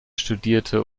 studierte